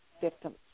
victims